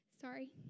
sorry